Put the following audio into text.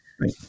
Right